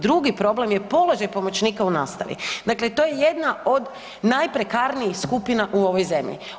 Drugi problem je položaj pomoćnika u nastavi, dakle to je jedna od najprekarnijih skupina u ovoj zemlji.